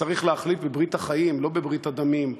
צריך להחליף בברית החיים, לא בברית דמים.